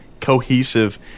cohesive